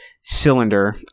cylinder